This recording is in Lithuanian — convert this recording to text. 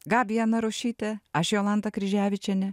gabija narušytė aš jolanta kryževičienė